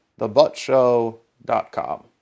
thebuttshow.com